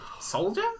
Soldier